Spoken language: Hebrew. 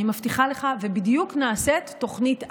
אני מבטיחה לך, בדיוק נעשית תוכנית אב.